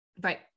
Right